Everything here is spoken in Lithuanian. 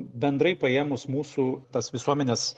bendrai paėmus mūsų tas visuomenės